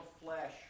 flesh